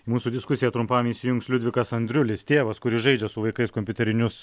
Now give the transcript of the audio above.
mūsų diskusiją trumpam įsijungs liudvikas andriulis tėvas kuris žaidžia su vaikais kompiuterinius